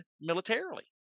militarily